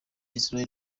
israel